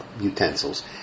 utensils